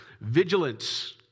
Vigilance